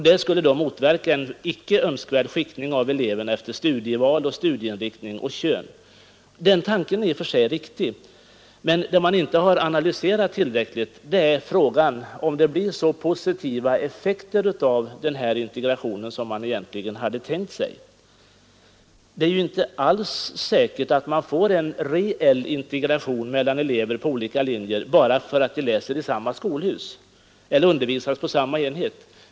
Det skulle motverka en icke önskvärd skiktning av eleverna efter studieval, studieinriktning och kön. Den tanken är i och för sig riktig, men man har inte tillräckligt analyserat om det blir så positiva effekter av den här integrationen som man egentligen hade tänkt sig. Det är inte alls säkert att man får en reell integration mellan elever på olika linjer bara därför att de läser i samma skolhus eller undervisas i samma enhet.